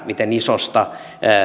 miten isosta